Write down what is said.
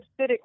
acidic